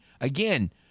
again